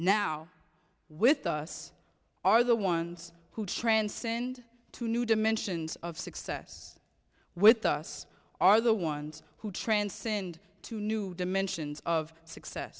now with us are the ones who transcend to new dimensions of success with us are the ones who transcend to new dimensions of success